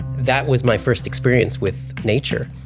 that was my first experience with nature.